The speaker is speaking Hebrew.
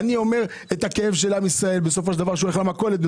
אני מביע את הכאב של עם ישראל, כשהוא הולך למכולת.